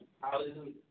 Hallelujah